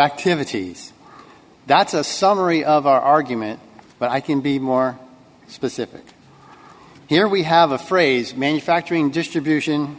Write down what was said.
activities that's a summary of our argument but i can be more specific here we have a phrase manufacturing distribution